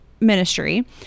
ministry